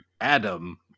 Adam